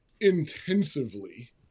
intensively